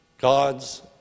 God's